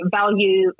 value